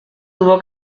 tuvo